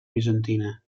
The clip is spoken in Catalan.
bizantina